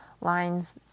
lines